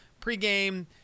pregame